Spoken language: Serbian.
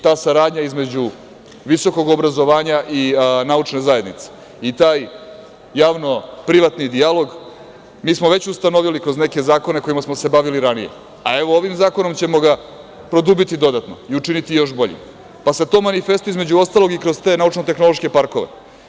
Ta saradnja između visokog obrazovanja i naučne zajednice i taj javno-privatni dijalog, mi smo već ustanovili kroz neke zakone kojima smo se bavili ranije, a evo ovim zakonom ćemo ga produbiti dodatno i učiniti još boljim, pa se to manifestuje, između ostalog, i kroz te naučno-tehnološke parkove.